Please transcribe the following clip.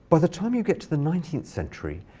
but the time you get to the nineteenth century,